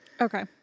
Okay